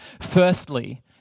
Firstly